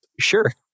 sure